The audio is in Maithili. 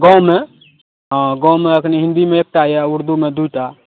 गाममे हाँ गाममे एखन हिन्दीमे एकटा यऽ उर्दूमे दुइ टा